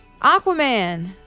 Aquaman